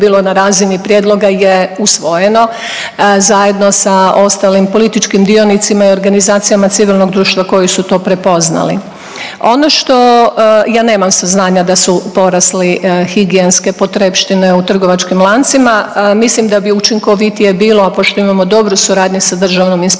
na razini prijedloga je usvojeno zajedno sa ostalim političkim dionicima i organizacijama civilnog društva koji su to prepoznali. Ono što ja nemam saznanja da su porasli higijenske potrepštine u trgovačkim lancima, mislim da bi učinkovitije bilo pošto imamo dobru suradnju sa Državnim inspektoratom